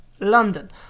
London